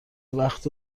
وقت